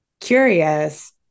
curious